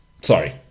sorry